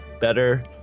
better